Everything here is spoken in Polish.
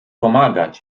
pomagać